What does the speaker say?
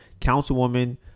councilwoman